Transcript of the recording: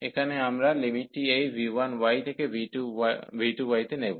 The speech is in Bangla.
এখানে আমরা লিমিটটি এই v1y থেকে v2y তে নেব